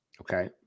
Okay